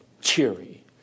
cheery